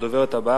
הדוברת הבאה,